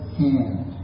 hand